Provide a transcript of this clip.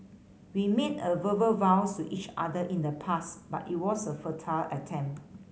we made a verbal vows to each other in the past but it was a futile attempt